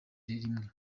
rimwe